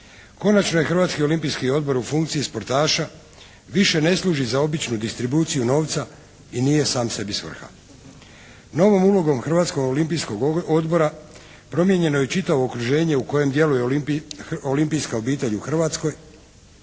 Konačno je Hrvatski olimpijski odbor u funkciji sportaša, više ne službi za običnu distribuciju novca i nije sam sebi svrha. Novom ulogom Hrvatskog olimpijskog odbora promijenjeno je čitavo okruženje u kojem djeluje olimpijska obitelj u Hrvatskoj,